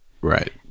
Right